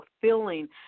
fulfilling